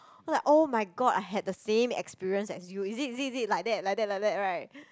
I like [oh]-my-god I had the same experience as you is it is it is it like that like that like that right